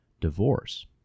divorce